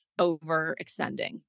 overextending